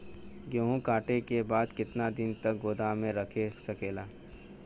गेहूँ कांटे के बाद कितना दिन तक गोदाम में रह सकेला?